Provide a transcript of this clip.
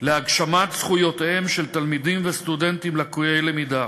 להגשמת זכויותיהם של תלמידים וסטודנטים לקויי למידה.